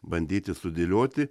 bandyti sudėlioti